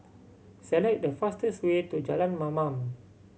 select the fastest way to Jalan Mamam